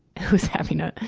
who's having a,